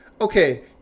okay